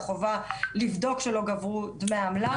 החובה לבדוק שלא גבו דמי עמלה.